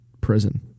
prison